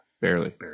barely